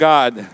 God